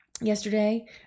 yesterday